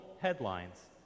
headlines